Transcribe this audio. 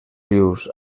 rius